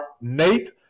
Nate